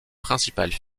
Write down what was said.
principales